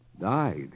Died